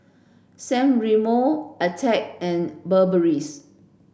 San Remo Attack and Burberry's